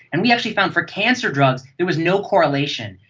and we actually found for cancer drugs there was no correlation.